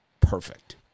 Perfect